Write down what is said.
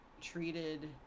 treated